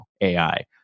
AI